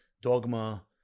dogma